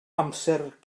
amser